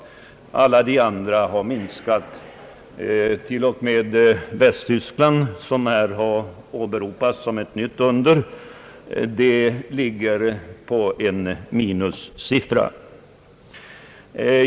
Alla andra länder har minskat. Till och med Västtyskland, som här åberopats som ett nytt under, ligger på en minussiffra.